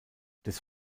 des